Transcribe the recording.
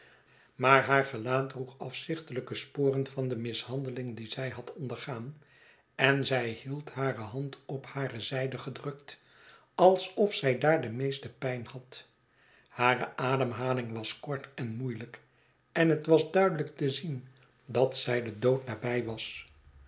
maar haar gelaat droeg afzichtelijke sporen van de mishandeling die zij had ondergaan en zij hield hare hand op hare zijde gedrukt alsof zij daar de meeste pijn had hare ademhaling was kort en moeielyk en het was duidelijk te zien dat zij den dood nabij was